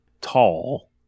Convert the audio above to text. tall